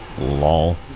Lol